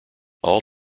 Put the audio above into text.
all